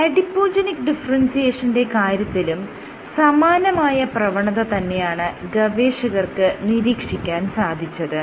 adipogenic ഡിഫറെൻസിയേഷന്റെ കാര്യത്തിലും സമാനമായ പ്രവണത തന്നെയാണ് ഗവേഷകർക്ക് നിരീക്ഷിക്കാൻ സാധിച്ചത്